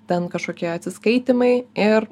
ten kažkokie atsiskaitymai ir